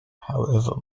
however